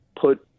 put